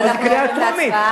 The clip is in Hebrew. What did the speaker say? אז אנחנו עוברים להצבעה?